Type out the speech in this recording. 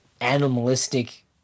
animalistic